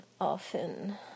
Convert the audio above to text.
often